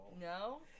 No